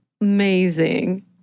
amazing